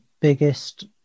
biggest